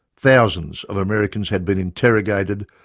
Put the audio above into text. thousands of americans had been interrogated,